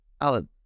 Alan